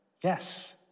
yes